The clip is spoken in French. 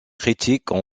critiques